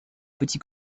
petits